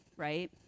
right